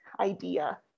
idea